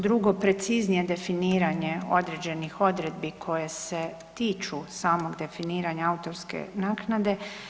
Drugo, preciznije definiranje određenih odredbi koje se tiču samog definiranja autorske naknade.